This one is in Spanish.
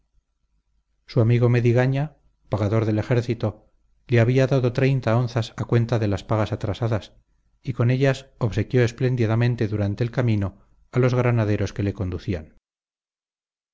su amigo mendigaña pagador del ejército le había dado treinta onzas a cuenta de las pagas atrasadas y con ellas obsequió espléndidamente durante el camino a los granaderos que le conducían